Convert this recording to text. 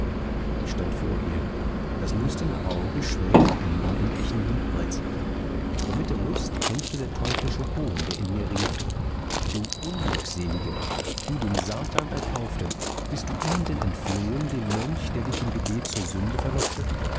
ich stand vor ihr das lüsterne auge schwelgte in dem unendlichen liebreiz aber mit der lust kämpfte der teuflische hohn der in mir rief du unglückselige du dem satan erkaufte bist du ihm denn entflohen dem mönch der dich im gebet zur sünde verlockte